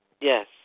Yes